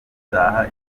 gutaha